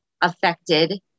affected